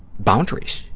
boundaries.